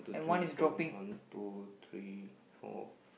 three four one two three four